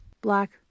black